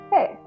Hey